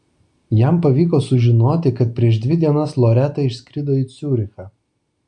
jam pavyko sužinoti kad prieš dvi dienas loreta išskrido į ciurichą